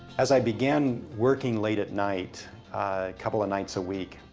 as i began working late at night, a couple of nights a week,